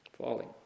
falling